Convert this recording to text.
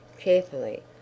carefully